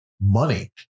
money